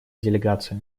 делегация